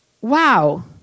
wow